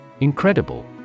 Incredible